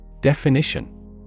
DEFINITION